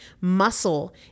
Muscle